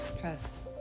trust